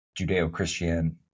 Judeo-Christian